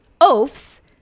oafs